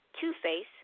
Two-Face